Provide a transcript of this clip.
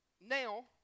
Now